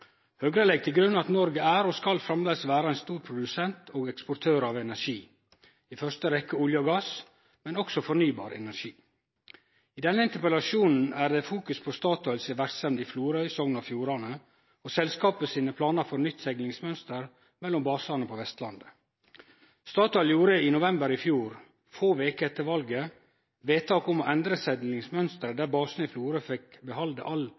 Høgre legg til grunn at Noreg er, og framleis skal vere, ein stor produsent og eksportør av energi – i første rekke olje og gass, men også fornybar energi. I denne interpellasjonen er det fokus på Statoils verksemd i Florø i Sogn og Fjordane og deira planar for nytt seglingsmønster mellom basane på Vestlandet. Statoil gjorde i november i fjor, få veker etter valet, vedtak om å endre seglingsmønsteret, der basen i Florø fekk behalde all